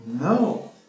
No